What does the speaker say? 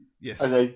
Yes